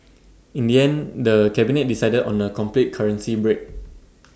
in the end the cabinet decided on A complete currency break